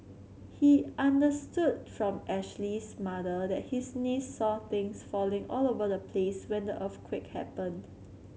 he understood from Ashley's mother that his niece saw things falling all over the place when the earthquake happened